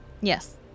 Yes